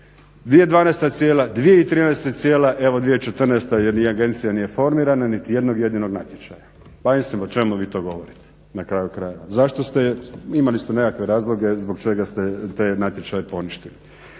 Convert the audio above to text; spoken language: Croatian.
2012.cijela, 2013.cijela evo 2014.agencija nije formirana, niti jednog jedinog natječaja. Pa mislim o čemu vi to govorite na kraju krajeva? Imali ste nekakve razloge zbog čega ste te natječaje poništili.